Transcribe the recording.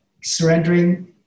surrendering